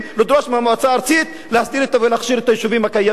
לדרוש מהמועצה הארצית להכשיר את היישובים הקיימים?